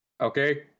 Okay